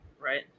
right